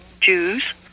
Jews